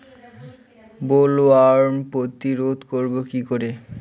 Bollworm প্রতিরোধ করব কি করে?